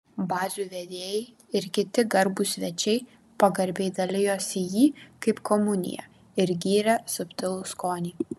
bazių vedėjai ir kiti garbūs svečiai pagarbiai dalijosi jį kaip komuniją ir gyrė subtilų skonį